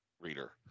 reader